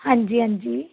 ਹਾਂਜੀ ਹਾਂਜੀ